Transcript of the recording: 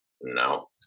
No